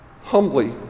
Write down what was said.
humbly